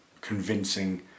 convincing